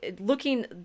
looking